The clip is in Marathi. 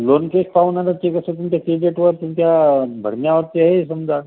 लोन केस पाहून आता ते कसं तुमच्या क्रेडीटवर तुमच्या भरण्यावरती आहे समजा